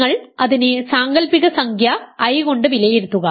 നിങ്ങൾ അതിനെ സാങ്കൽപ്പിക സംഖ്യ i കൊണ്ട് വിലയിരുത്തുക